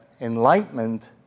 enlightenment